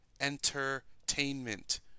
entertainment